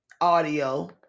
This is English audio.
audio